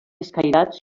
escairats